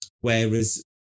Whereas